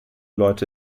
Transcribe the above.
leute